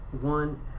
One